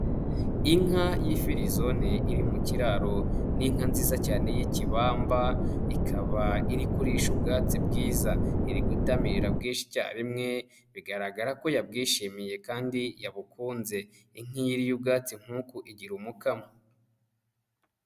Inka y'imfirizone iri mu kiraro, ni inka nziza cyane y'ikibamba ikaba iri kurisha ubwatsi bwiza, iri gutamirira bwshi icya rimwe bigaragara ko yabwishimiye kandi yabukunze, inka iyo iriye ubwatsi nk'uku igira umukamo.